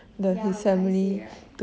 ya 很 paiseh right